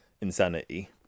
insanity